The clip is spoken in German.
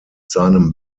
seinem